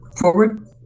forward